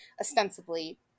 ostensibly